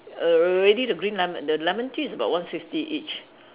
err already the green lemon the lemon tea is about one fifty each